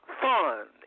fun